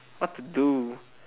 what to do